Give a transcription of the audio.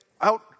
out